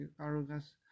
arrogance